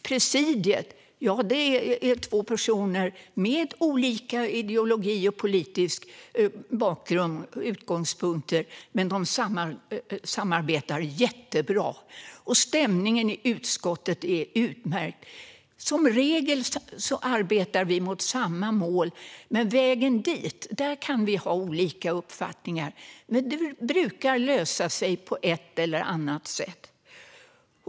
"Presidiet, ja, det är två personer med olika ideologi och politiska utgångspunkter, men de samarbetar jättebra." "Stämningen i utskottet är utmärkt! Som regel arbetar vi mot samma mål. När det gäller vägen dit kan vi ha olika uppfattningar, men det brukar lösa sig på ett eller annat sätt."